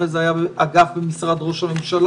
אחרי זה היה אגף במשרד ראש הממשלה,